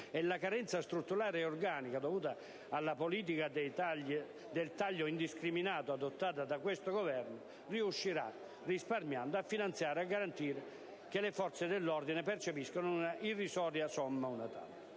e la carenza strutturale e organica, dovuti alla politica del taglio indiscriminato adottata da questo Governo, riuscirà, risparmiando, a finanziare il fondo e a garantire che le forze dell'ordine percepiscano una irrisoria somma *una tantum*.